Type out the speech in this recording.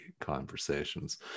conversations